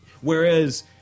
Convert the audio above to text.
whereas